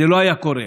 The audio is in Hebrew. זה לא היה קורה.